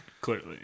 Clearly